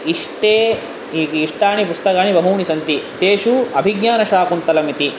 इष्टे इ इष्टानि पुस्तकानि बहूनि सन्ति तेषु अभिज्ञानशाकुन्तलमिति